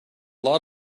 lot